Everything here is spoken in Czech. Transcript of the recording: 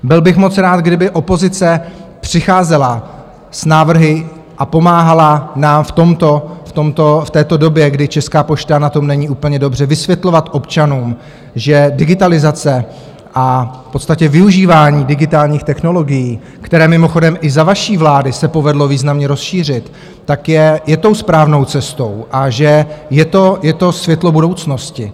Byl bych moc rád, kdyby opozice přicházela s návrhy a pomáhala nám v této době, kdy Česká pošta na tom není úplně dobře, vysvětlovat občanům, že digitalizace a v podstatě využívání digitálních technologií, které mimochodem i za vaší vlády se povedlo významně rozšířit, je tou správnou cestou a že je to světlo budoucnosti.